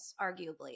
arguably